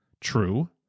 true